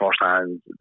firsthand